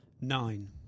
Nine